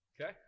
Okay